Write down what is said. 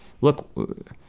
look